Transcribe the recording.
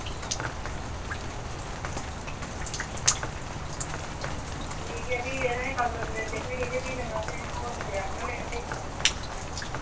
ते भी असें कल्ल तगर दिक्खनी ते भी नेईं तां असें होर कुसै गी आक्खना